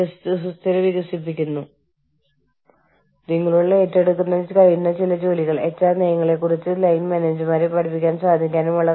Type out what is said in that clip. തന്ത്രപരമായ ആഗോള വ്യാവസായിക ബന്ധ നയത്തിന്റെ വികസനം അന്തർദേശീയവുമായി ഇടപെടുന്ന ആളുകൾ അതായത് തൊഴിൽ ബന്ധ പ്രശ്നങ്ങൾ കൈകാര്യം ചെയ്യുന്ന ഹ്യൂമൻ റിസോഴ്സ് മാനേജർമാർ കൈകാര്യം ചെയ്യുന്ന മറ്റൊരു പ്രശ്നമാണ്